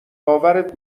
باورت